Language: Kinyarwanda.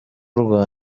rwa